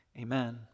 amen